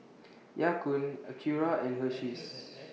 Ya Kun Acura and Hersheys